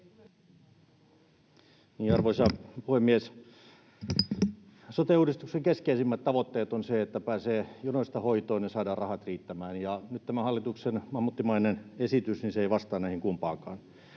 Arvoisa puhemies! Sote-uudistuksen keskeisimmät tavoitteet ovat ne, että pääsee jonoista hoitoon ja saadaan rahat riittämään, ja tämä hallituksen mammuttimainen esitys ei vastaa näihin kumpaankaan.